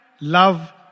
Love